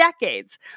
decades